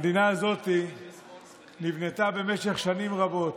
המדינה הזאת נבנתה במשך שנים רבות,